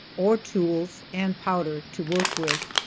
or tools and powder to work with.